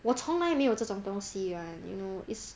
我从来没有这种东西 [one] you know it's